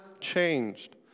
changed